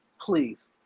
please